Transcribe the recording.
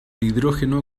hidrógeno